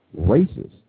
racist